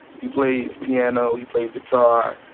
he plays piano. he plays guitar.